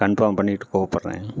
confirm பண்ணிவிட்டு கூப்பிட்றன்